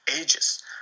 ages